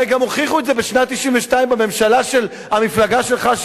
הרי גם הוכיחו את זה בשנת 1992 בממשלה של המפלגה שלך,